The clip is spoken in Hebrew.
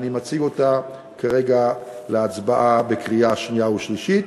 אני מציג אותה כרגע להצבעה בקריאה שנייה ושלישית,